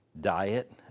diet